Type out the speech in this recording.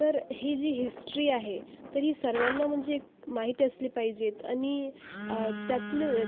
तर ही जी हिस्ट्री आहे तर ही सर्वाना म्हणजे माहिती असली पाहिजे आणि त्यातलं